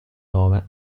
nome